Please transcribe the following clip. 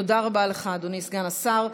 תודה רבה לך, אדוני סגן השר.